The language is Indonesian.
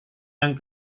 yang